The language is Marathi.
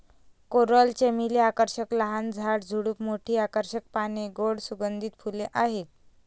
कोरल चमेली आकर्षक लहान झाड, झुडूप, मोठी आकर्षक पाने, गोड सुगंधित फुले आहेत